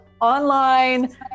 Online